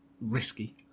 risky